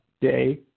day